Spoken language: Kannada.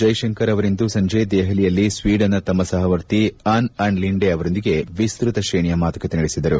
ಜೈಶಂಕರ್ ಅವರಿಂದು ಸಂಜೆ ದೆಹಲಿಯಲ್ಲಿ ಸ್ವೀಡನ್ನ ತಮ್ಮ ಸಹವರ್ತಿ ಅನ್ ಲಿಂಡೆ ಅವರೊಂದಿಗೆ ವಿಸ್ತ್ವತ ಶ್ರೇಣಿಯ ಮಾತುಕತೆ ನಡೆಸಿದರು